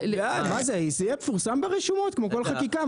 זה יפורסם ברשומות כמו כל חקיקה.